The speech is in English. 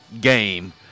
game